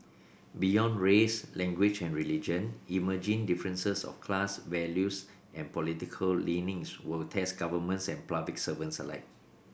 beyond race language and religion emerging differences of class values and political leanings will test governments and public servants alike